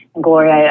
Gloria